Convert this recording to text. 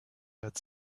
had